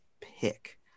pick